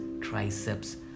triceps